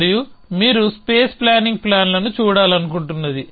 మరియు మీరు space planning ప్లాన్లను చూడాలనుకుంటున్నది